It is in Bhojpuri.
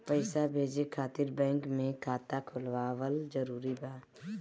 पईसा भेजे खातिर बैंक मे खाता खुलवाअल जरूरी बा?